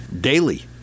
daily